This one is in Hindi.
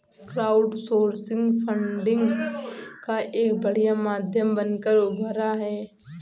क्राउडसोर्सिंग फंडिंग का एक बढ़िया माध्यम बनकर उभरा है